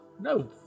no